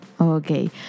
Okay